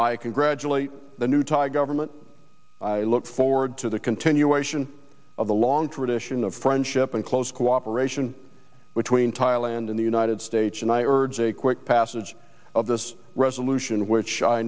i congratulate the new thai government i look forward to the continuation of a long tradition of friendship and close cooperation between thailand in the united states and i urge a quick passage of this resolution which i